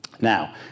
Now